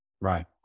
Right